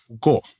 Go